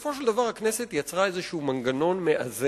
ובסופו של דבר הכנסת יצרה איזה מנגנון מאזן,